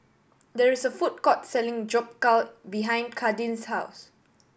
there is a food court selling Jokbal behind Kadin's house